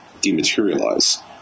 dematerialize